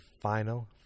final